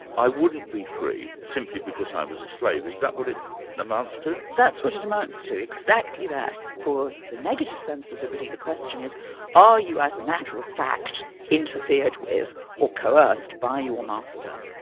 i wouldn't be free, simply because i was a slave is that what it amounts to? that's what it amounts to, exactly that. for the negative sense of liberty the question is are you as a matter of fact interfered with or coerced by your master,